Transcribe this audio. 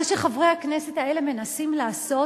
מה שחברי הכנסת האלה מנסים לעשות,